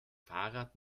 fahrrad